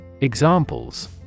Examples